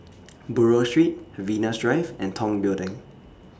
Buroh Street Venus Drive and Tong Building